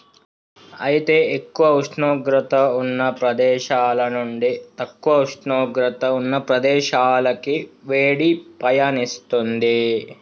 అయితే ఎక్కువ ఉష్ణోగ్రత ఉన్న ప్రదేశాల నుండి తక్కువ ఉష్ణోగ్రత ఉన్న ప్రదేశాలకి వేడి పయనిస్తుంది